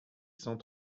cent